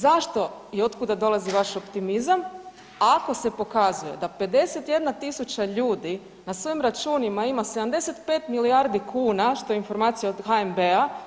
Zašto i od kuda dolazi vaš optimizam ako se pokazuje da 51 tisuća ljudi na svojim računima ima 75 milijardi kuna što je informacija od HNB-a?